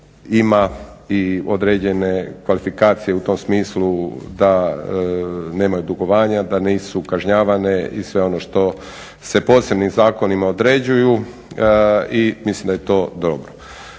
ima i određene kvalifikacije u tom smislu da nemaju dugovanja, da nisu kažnjavane i sve ono što se posebnim zakonima određuje. Mislim da je to dobro.